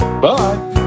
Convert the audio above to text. Bye